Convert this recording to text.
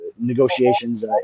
negotiations